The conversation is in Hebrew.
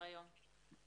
ההנשמה ולמלאים: